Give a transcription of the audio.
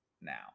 now